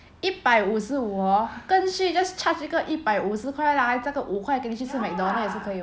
一百五十五 hor 干脆 just charge 一个一百五十块还加个五块给你去吃 McDonald's